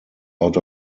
out